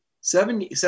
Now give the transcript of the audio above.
seven